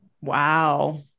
Wow